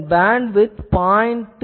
இதன் பேண்ட்விட்த் 0